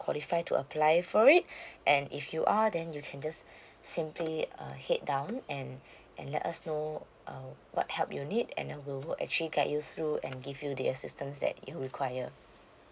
qualify to apply for it and if you are then you can just simply err head down and and let us know um what help you need and uh we will actually guide you through and give you the assistance that you require